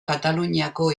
kataluniako